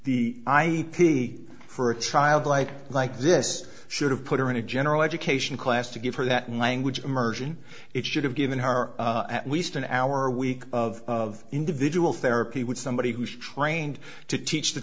the i e pity for a child like like this should have put her in a general education class to give her that language immersion it should have given her at least an hour a week of individual therapy would somebody who's trained to teach the